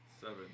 Seven